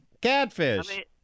Catfish